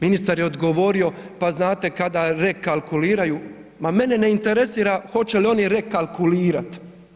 Ministar je odgovorio, pa znate, kada rekalkuliraju, ma mene ne interesira hoće li oni rekalkulirati.